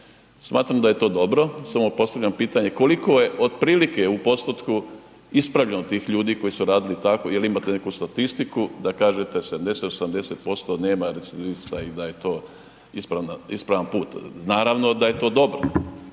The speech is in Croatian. Smatram da je to dobro, samo postavljam pitanje koliko je otprilike u postotku ispravljeno tih ljudi koji su radili tako jel imate neku statistiku da kažete 70, 80% nema recidivista i da je to ispravan put? Naravno da je to dobro